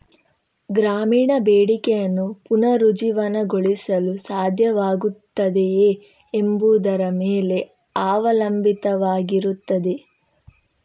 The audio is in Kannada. ಗ್ರಾಮೀಣ ಬೇಡಿಕೆಯನ್ನು ಪುನರುಜ್ಜೀವನಗೊಳಿಸಲು ಸಾಧ್ಯವಾಗುತ್ತದೆಯೇ ಎಂಬುದರ ಮೇಲೆ ಅವಲಂಬಿತವಾಗಿರುತ್ತದೆ